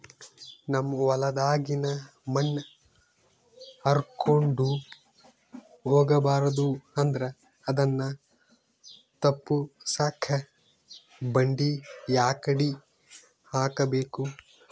ನಮ್ ಹೊಲದಾಗಿನ ಮಣ್ ಹಾರ್ಕೊಂಡು ಹೋಗಬಾರದು ಅಂದ್ರ ಅದನ್ನ ತಪ್ಪುಸಕ್ಕ ಬಂಡಿ ಯಾಕಡಿ ಹಾಕಬೇಕು?